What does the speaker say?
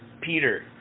Peter